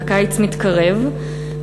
והקיץ מתקרב,